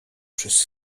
przez